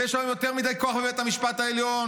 ויש היום יותר מדי כוח לבית המשפט העליון,